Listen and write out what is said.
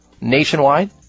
nationwide